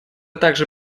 также